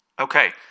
Okay